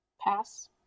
Pass